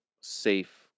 safe